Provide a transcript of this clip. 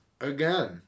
again